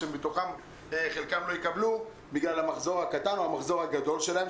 שמתוכן חלקן לא יקבלו בגלל המחזור הקטן או המחזור הגדול שלהן,